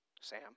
Sam